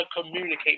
communicate